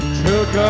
took